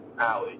alley